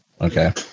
Okay